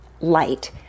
light